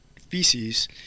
feces